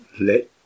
let